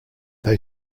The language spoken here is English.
they